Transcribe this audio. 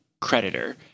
creditor